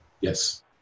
yes